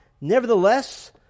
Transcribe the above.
nevertheless